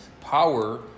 power